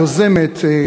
יוזמת,